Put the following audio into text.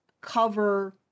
cover